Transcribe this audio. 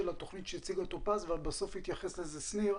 התוכנית שהציגה טופז ובסוף התייחס לזה גם שניר,